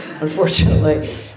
unfortunately